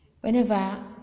Whenever